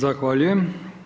Zahvaljujem.